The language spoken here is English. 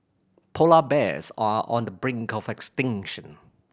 polar bears are on the brink of extinction